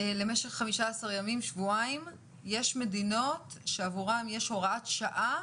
למשך שבועיים יש מדינות שעבורן יש הוראת שעה,